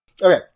Okay